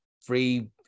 free